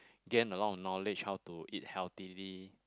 gain a lot of knowledge how to eat healthily